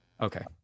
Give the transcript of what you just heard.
Okay